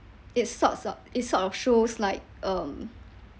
it's sorts o~ of it sort of shows like um